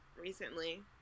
recently